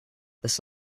this